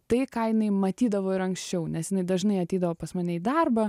tai ką jinai matydavo ir anksčiau nes jinai dažnai ateidavo pas mane į darbą